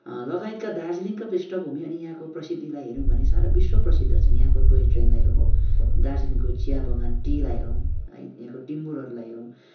लगायतका दार्जिलिङका पृष्ठभूमि अनि यहाँको प्रसिद्धिलाई हेऱ्यौँ भने सारा विश्व प्रसिद्ध छ यहाँको टोय ट्रेनलाई हेरौँ दार्जिलिङको चिया बगान टीलाई हेरौँ है यहाँको टिम्बुरहरूलाई हेरौँ